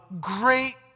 great